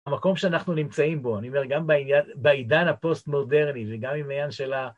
המקום שאנחנו נמצאים בו, אני אומר, גם בעידן הפוסט מודרני וגם עניין של ה...